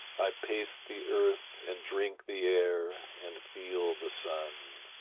i pace the earth, and drink the air, and feel the sun.